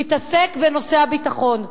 תתעסק בנושא הביטחון.